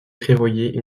prévoyaient